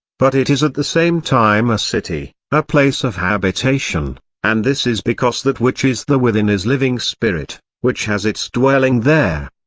but it is at the same time a city, a place of habitation and this is because that which is the within is living spirit, which has its dwelling there.